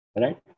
Right